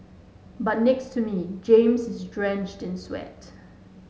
but next to me James is drenched in sweat